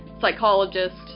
psychologist